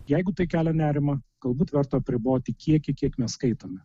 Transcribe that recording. jeigu tai kelia nerimą galbūt verta apriboti kiekį kiek mes skaitome